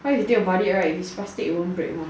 try to think about it right if is plastic it won't break mah